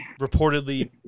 reportedly